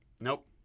Nope